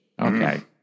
Okay